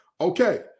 okay